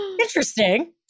Interesting